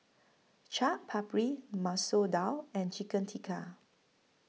Chaat Papri Masoor Dal and Chicken Tikka